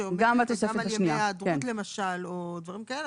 שאומרת גם על ימי היעדרות למשל או דברים כאלה,